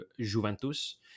juventus